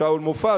שאול מופז,